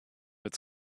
its